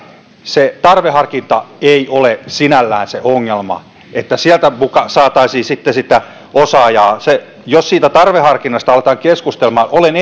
se tarveharkinta ei ole sinällään se ongelma että sieltä muka saataisiin sitten sitä osaajaa jos siitä tarveharkinnasta aletaan keskustella olen